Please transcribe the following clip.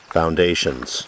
foundations